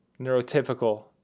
Neurotypical